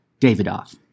Davidoff